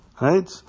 Right